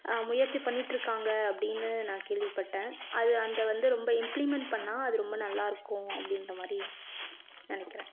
முயற்சி பண்ணிட்டுருக்காங்க அப்படின்னு நான் கேள்விப்பட்டேன் அது அந்த வந்து ரொம்ப இம்ப்ளீமெண்ட் பண்ணிணா அது ரொம்ப நல்லாயிருக்கும் அப்படின்ற மாதிரி நினைக்கிறேன்